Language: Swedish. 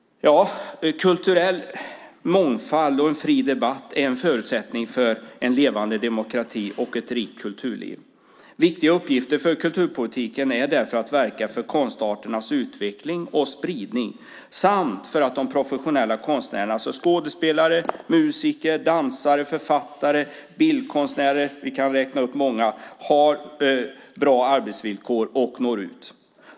Kulturell mångfald och en fri debatt är en förutsättning för en levande demokrati och ett rikt kulturliv. Viktiga uppgifter för kulturpolitiken är därför att verka för konstarternas utveckling och spridning samt för att de professionella konstnärerna - skådespelare, musiker, dansare, författare, bildkonstnärer; vi kan räkna upp många - ska ha bra arbetsvillkor och nå ut.